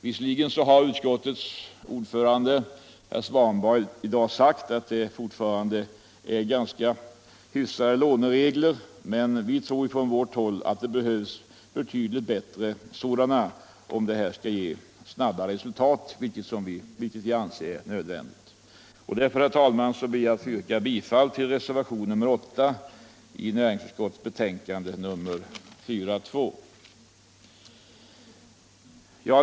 Visserligen har utskottets ordförande herr Svanberg i dag sagt att lånereglerna fortfarande är ganska hyfsade, men vi tror på vårt håll att det behövs betydligt bättre villkor för att få snabba resultat, vilket vi anser är nödvändigt. Jag ber därför att få yrka bifall till reservationen 8 vid näringsutskottets betänkande 42.